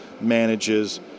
manages